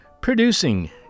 Producing